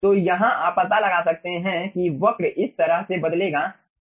तो यहाँ हम पता लगा सकते हैं कि वक्र इस तरह से बदलेगा